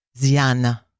Ziana